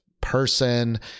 person